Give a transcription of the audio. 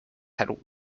had